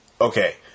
Okay